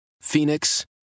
Phoenix